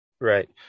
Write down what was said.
Right